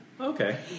Okay